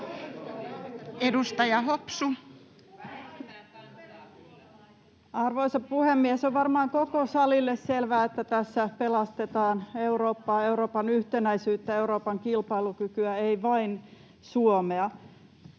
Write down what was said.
Content: Arvoisa puhemies! On varmaan koko salille selvää, että tässä pelastetaan Eurooppaa, Euroopan yhtenäisyyttä ja Euroopan kilpailukykyä, ei vain Suomea.